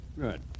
Good